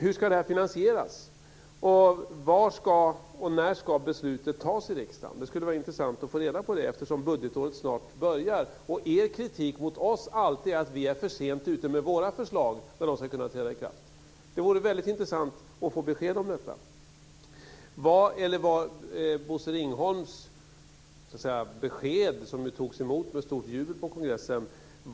Hur ska det här finansieras? När ska beslutet fattas i riksdagen? Det skulle vara intressant att få reda på det eftersom budgetåret snart börjar. Er kritik mot oss är alltid att vi är för sent ute med våra förslag för att de ska kunna träda i kraft. Det vore väldigt intressant att få besked om detta. Bosse Ringholms besked togs ju emot med stort jubel på kongressen.